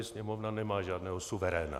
Sněmovna nemá žádného suveréna.